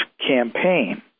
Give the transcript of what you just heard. campaign